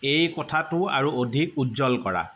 এই কোঠাটো আৰু অধিক উজ্জ্বল কৰা